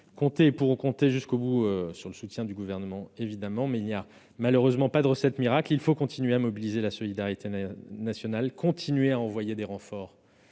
évidemment compter jusqu'au bout sur le soutien du Gouvernement, même s'il n'y a malheureusement pas de recette miracle. Il faut continuer à mobiliser la solidarité nationale, à envoyer des renforts